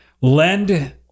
Lend